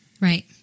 Right